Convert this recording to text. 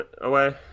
away